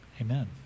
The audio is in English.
Amen